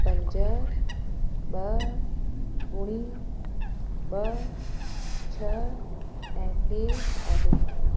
पंज ॿ ॿुड़ी ॿ छह ऐं टे आहे